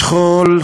השכול,